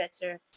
better